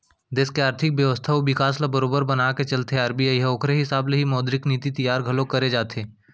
देस के आरथिक बेवस्था अउ बिकास ल बरोबर बनाके चलथे आर.बी.आई ह ओखरे हिसाब ले ही मौद्रिक नीति तियार घलोक करे जाथे